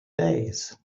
days